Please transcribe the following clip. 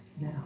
now